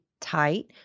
tight